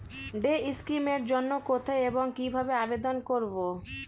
Day scheme এর জন্য কোথায় এবং কিভাবে আবেদন করব?